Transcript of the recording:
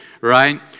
right